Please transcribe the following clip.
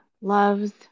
loves